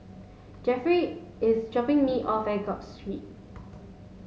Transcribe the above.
Jefferey is dropping me off at Gul Street